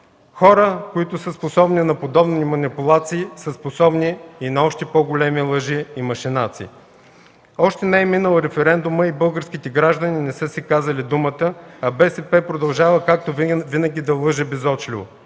Хора, които са способни на подобни манипулации, са способни и на още по-големи лъжи и машинации. Още не е минал референдумът и българските граждани не са си казали думата, а БСП продължава, както винаги, да лъже безочливо.